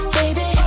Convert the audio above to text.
baby